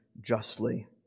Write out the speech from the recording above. justly